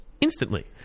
Instantly